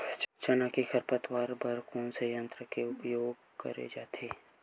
चना के खरपतवार बर कोन से यंत्र के उपयोग करे जाथे?